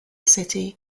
city